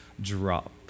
drop